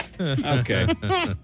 Okay